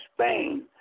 Spain